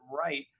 right